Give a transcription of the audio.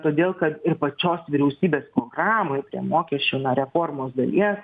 todėl kad ir pačios vyriausybės programoj prie mokesčių na reformos dalies